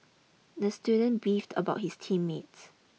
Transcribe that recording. the student beefed about his team mates